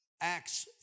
Acts